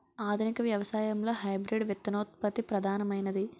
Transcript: ఆధునిక వ్యవసాయంలో హైబ్రిడ్ విత్తనోత్పత్తి ప్రధానమైనది